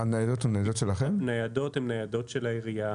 הניידות הן ניידות של העירייה.